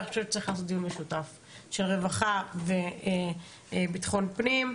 אני חושבת שצריך לעשות דיון משותף של רווחה וביטחון פנים.